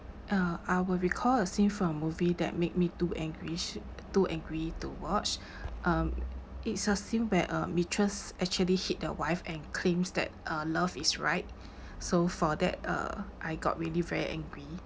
uh I will recall a scene from a movie that made me too anguished too angry to watch um it's a scene where a mistress actually hit the wife and claims that uh love is right so for that uh I got really very angry